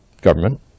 government